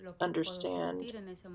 understand